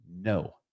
no